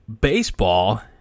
Baseball